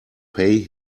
pay